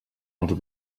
els